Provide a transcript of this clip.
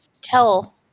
tell